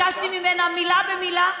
ביקשתי ממנה שזה יהיה רשום מילה במילה.